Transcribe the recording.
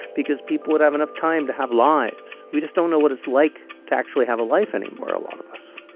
because people would have enough time to have lives. we just don't know what it's like to actually have a life anymore, a lot of us